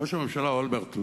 ראש הממשלה אולמרט,